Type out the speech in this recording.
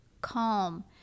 calm